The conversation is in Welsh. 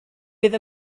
bydd